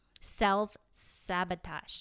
Self-sabotage